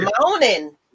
morning